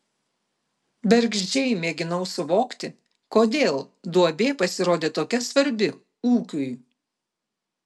bergždžiai mėginau suvokti kodėl duobė pasirodė tokia svarbi ūkiui